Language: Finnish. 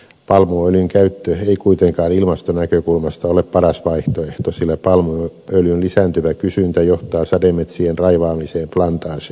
palmuöljyn käyttö ei kuitenkaan ilmaston näkökulmasta ole paras vaihtoehto sillä palmuöljyn lisääntyvä kysyntä johtaa sademetsien raivaamiseen plantaaseiksi